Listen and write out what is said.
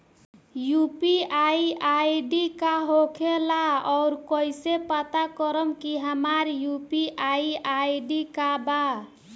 UPI ID का होखेला और कईसे पता करम की हमार यू.पी.आई आई.डी का बा?